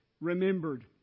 remembered